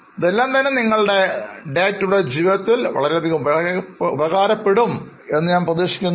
ഇതെല്ലാം തന്നെ നിങ്ങളുടെ ദൈനംദിന ജീവിതത്തിന് വളരെയധികം ഉപകാരപ്പെടും എന്ന് ഞാൻ പ്രതീക്ഷിക്കുന്നു